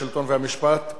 (תחולת המשפט בערים,